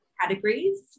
categories